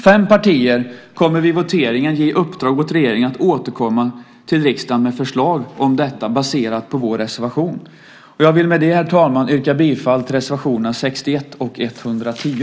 Fem partier kommer vid voteringen att ge i uppdrag åt regeringen att återkomma till riksdagen med förslag om detta baserat på vår reservation. Jag vill med det, herr talman, yrka bifall till reservationerna 61 och 110.